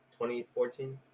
2014